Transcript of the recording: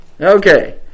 Okay